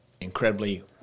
incredibly